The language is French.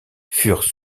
furent